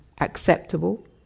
acceptable